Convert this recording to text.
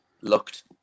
looked